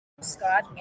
Scott